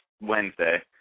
Wednesday